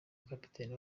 kapiteni